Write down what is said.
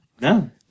no